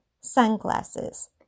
sunglasses